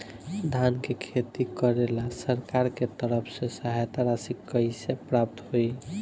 धान के खेती करेला सरकार के तरफ से सहायता राशि कइसे प्राप्त होइ?